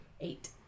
Eight